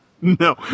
No